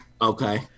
Okay